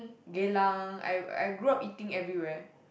Geylang I I grew up eating everywhere